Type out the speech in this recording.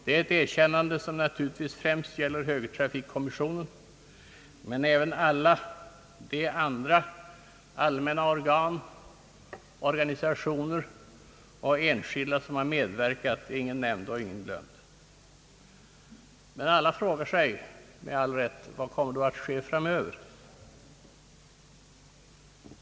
Detta erkännande gäller naturligtvis främst högertrafikkommissionen men även alla de andra allmänna organ, organisationer och enskilda som har medverkat, ingen nämnd och ingen glömd. Alla frågar sig med rätta vad som kommer att ske framöver.